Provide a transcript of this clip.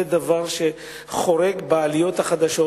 זה דבר שחורג בעליות החדשות,